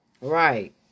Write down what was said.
Right